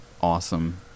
awesome